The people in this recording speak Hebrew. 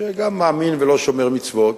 שגם מאמין ולא שומר מצוות,